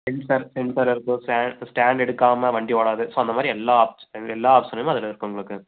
sensor sensor இருக்கு stand stand எடுக்காமல் வண்டி ஓடாது ஸோ அந்தமாதிரி எல்லா ஆஃப் எல் எல்லா சலுகை அதில் இருக்கு உங்களுக்கு